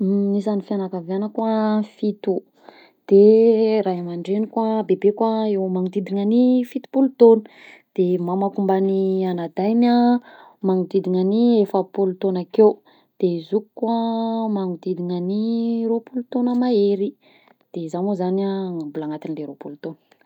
Gn'isan'ny fianakaviagnako a fito, de ray aman-dreniko a, bebeko a eo amy manodidigna ny fitopolo taona de mamako mban'ny anadahiny a, magnodidina ny efapolo taona akeo, de ny zokiko an magnodidigna ny roapolo taona mahery de izaho moa zany a mbola agnatinle roapolo taona.